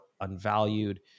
unvalued